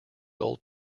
old